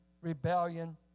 rebellion